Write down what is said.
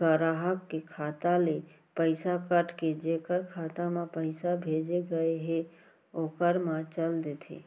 गराहक के खाता ले पइसा कट के जेकर खाता म पइसा भेजे गए हे ओकर म चल देथे